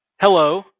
Hello